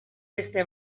beste